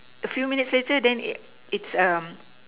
a few minutes later then it it's um